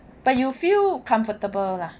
but you feel comfortable lah